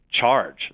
charge